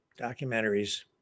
documentaries